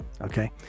Okay